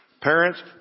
Parents